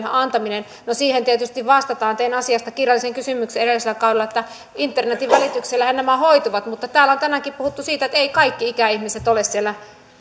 antaminen no siihen tietysti vastataan tein asiasta kirjallisen kysymyksen edellisellä kaudella ja internetin välityksellähän nämä hoituvat mutta täällä on tänäänkin puhuttu siitä että eivät kaikki ikäihmiset ole siellä